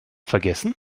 vergessen